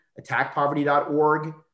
Attackpoverty.org